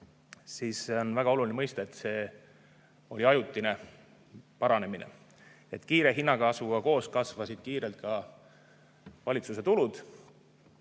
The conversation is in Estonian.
siis on väga oluline mõista, et see oli ajutine paranemine. Kiire hinnakasvuga koos kasvasid kiirelt ka valitsuse tulud,